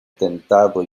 tentado